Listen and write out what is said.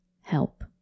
help